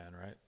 right